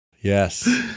Yes